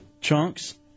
Chunks